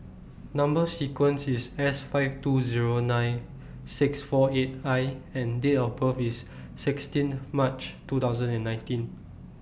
Number sequence IS S five two Zero nine six four eight I and Date of birth IS sixteen March two thousand and nineteen